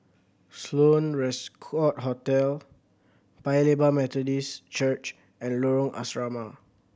Sloane Court Hotel Paya Lebar Methodist Church and Lorong Asrama